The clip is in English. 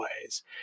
ways